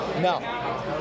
No